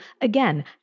again